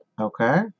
Okay